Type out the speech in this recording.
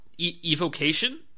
evocation